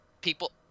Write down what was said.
people